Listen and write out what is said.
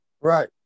Right